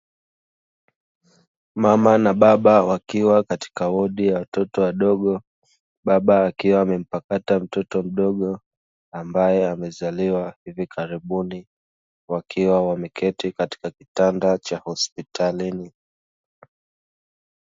Mama na baba wakiwa katika wodi ya watoto wadogo, mama akiwa amempakata mtoto mdogo ambaye amezaliwa hivi karibuni, wakiwa wameketi katika kitanda cha hospitalini.